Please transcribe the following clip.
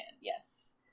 yes